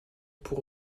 pour